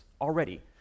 already